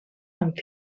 amb